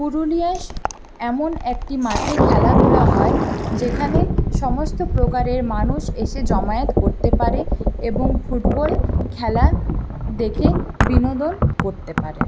পুরুলিয়ায় এমন একটি মাঠে খেলাধূলা হয় যেখানে সমস্ত প্রকারের মানুষ এসে জমায়েত করতে পারে এবং ফুটবল খেলা দেখে বিনোদন করতে পারে